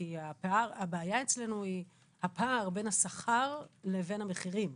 כי הבעיה אצלנו היא הפער בין השכר לבין המחירים.